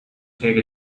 take